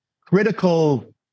critical